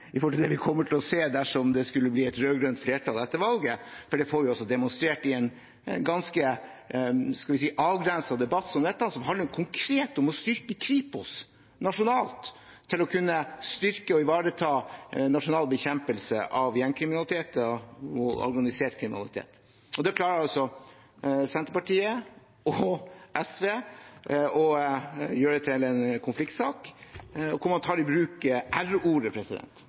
skulle bli et rød-grønt flertall etter valget. For det får vi demonstrert i en ganske avgrenset debatt som dette, som handler om konkret å styrke Kripos nasjonalt til å kunne styrke og ivareta nasjonal bekjempelse av gjengkriminalitet og organisert kriminalitet. Det klarer Senterpartiet og SV å gjøre til en konfliktsak, hvor man tar i bruk